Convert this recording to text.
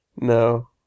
No